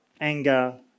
anger